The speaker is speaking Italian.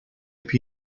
più